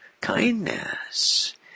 kindness